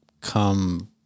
come